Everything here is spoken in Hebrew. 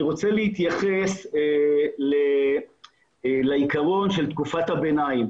אני רוצה להתייחס לעיקרון של תקופת הביניים.